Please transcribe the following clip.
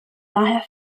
daher